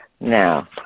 Now